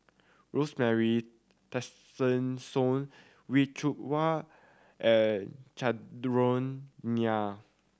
Rosemary Tessensohn Wee Cho Waw and Chandran Nair